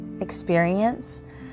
experience